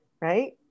right